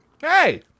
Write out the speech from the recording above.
Hey